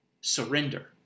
surrender